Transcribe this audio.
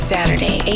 Saturday